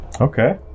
okay